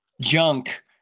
junk